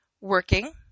working